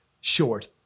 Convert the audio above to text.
short